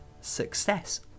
success